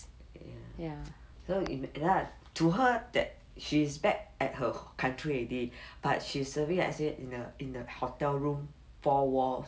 ya so in ah to her that she is back at her country already but she serving as it in a in a hotel room four walls